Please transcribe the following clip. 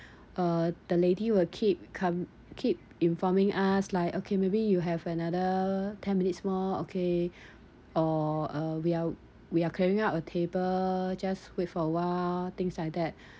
uh the lady will keep come keep informing us like okay maybe you have another ten minutes more okay or uh we are we are clearing out a table just wait for awhile things like that